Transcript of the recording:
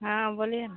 हाँ बोलोए ना